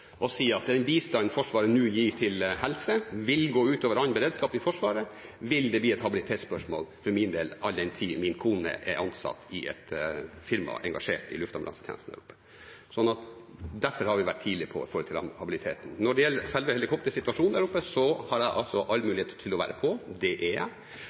si at bistanden Forsvaret nå gir til helse, vil gå ut over annen beredskap i Forsvaret, vil det bli et habilitetsspørsmål for min del all den tid min kone er ansatt i et firma engasjert i luftambulansetjenesten der oppe. Derfor har vi vært tidlig på når det gjelder habiliteten. Når det gjelder selve helikoptersituasjonen der oppe, har jeg altså all mulighet til å være på, og det er jeg.